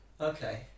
Okay